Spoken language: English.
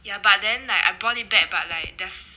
ya but then like I bought it back but like there's